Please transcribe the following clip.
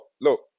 look